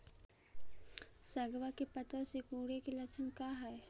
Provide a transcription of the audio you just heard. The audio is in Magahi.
सगवा के पत्तवा सिकुड़े के लक्षण का हाई?